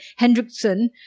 Hendrickson